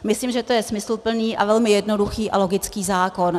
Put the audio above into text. Myslím, že to je smysluplný a velmi jednoduchý a logický zákon.